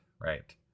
right